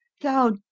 thou